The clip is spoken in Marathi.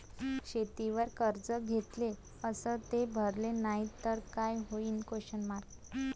शेतीवर कर्ज घेतले अस ते भरले नाही तर काय होईन?